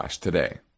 today